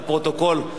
חברת הכנסת תירוש.